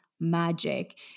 magic